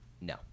no